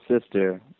sister